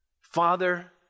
Father